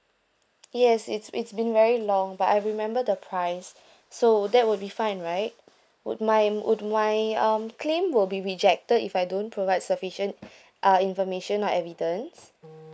yes it's it's been very long but I remember the price so that would be fine right would my would my um claim will be rejected if I don't provide sufficient uh information or evidence